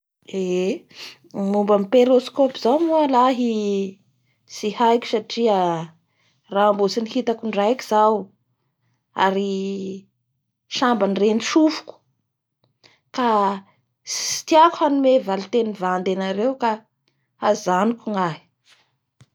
Eee ny momba ny peroscope zao any lahy tsy haiko satria raha mbo tsy nihitako indraiky zao ary samabany renin'ny sofiko ka tsy tiako hanome valiteny vandy anareo ka hajanoko ny ahy.